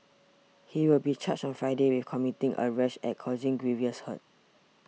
he will be charged on Friday with committing a rash act causing grievous hurt